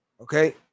Okay